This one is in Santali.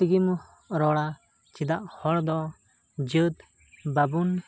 ᱛᱮᱜᱮᱢ ᱨᱚᱲᱟ ᱛᱤᱱᱟᱹᱜ ᱦᱚᱲ ᱫᱚ ᱡᱟᱹᱛ ᱵᱟᱵᱚᱱ